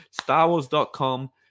StarWars.com